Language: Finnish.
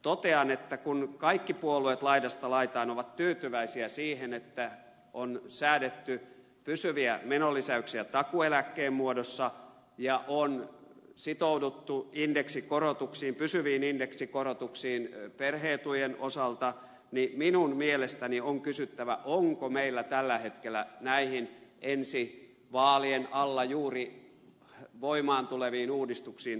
totean että kun kaikki puolueet laidasta laitaan ovat tyytyväisiä siihen että on säädetty pysyviä menonlisäyksiä takuueläkkeen muodossa ja on sitouduttu pysyviin indeksikorotuksiin perhe etujen osalta niin minun mielestäni on kysyttävä onko meillä tällä hetkellä todella varaa näihin juuri ensi vaalien alla voimaan tuleviin uudistuksiin